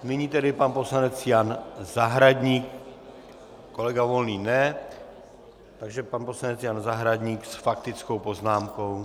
Nyní tedy pan poslanec Jan Zahradník, kolega Volný ne, takže pan poslanec Jan Zahradník s faktickou poznámkou.